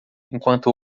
enquanto